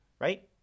Right